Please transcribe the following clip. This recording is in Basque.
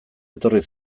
etorri